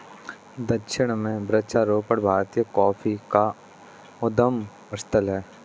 दक्षिण में वृक्षारोपण भारतीय कॉफी का उद्गम स्थल है